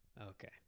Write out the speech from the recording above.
Okay